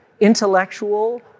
intellectual